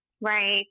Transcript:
Right